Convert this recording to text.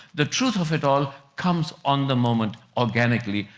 the truth of it all comes on the moment, organically,